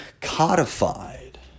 codified